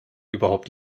überhaupt